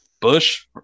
Bush